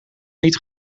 niet